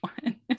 one